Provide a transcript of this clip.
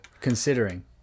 considering